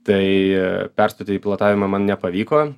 tai perstoti į pilotavimą man nepavyko